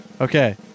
Okay